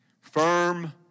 Firm